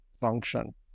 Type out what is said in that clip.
function